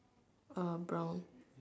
uh brown